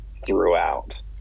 throughout